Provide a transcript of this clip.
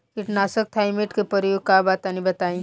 कीटनाशक थाइमेट के प्रयोग का बा तनि बताई?